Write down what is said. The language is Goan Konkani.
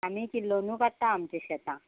आमी किल्लोनू काडटा आमचें शेतां